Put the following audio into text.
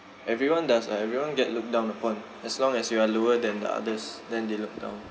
everyone does ah everyone get looked down upon as long as you are lower than the others then they look down